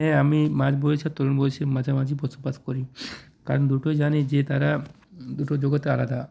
হ্যাঁ আমি মাঝ বয়েসের তরুণ বলছি মাঝামাঝি বসবাস করি কারণ দুটোই জানি যে তারা দুটো জগতে আলাদা